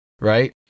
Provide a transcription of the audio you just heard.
right